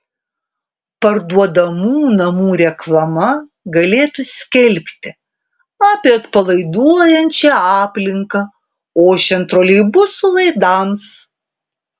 parduodamų namų reklama galėtų skelbti apie atpalaiduojančią aplinką ošiant troleibusų laidams